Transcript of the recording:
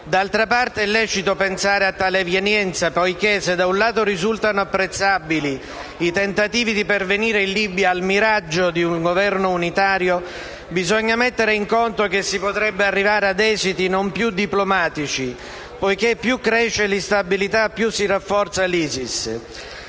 D'altra parte, è lecito pensare a tale evenienza poiché, se da un lato risultano apprezzabili i tentativi di pervenire in Libia al miraggio di un governo unitario, bisogna mettere in conto che si potrebbe arrivare ad esiti non più diplomatici, poiché più cresce l'instabilità, più si rafforza l'ISIS.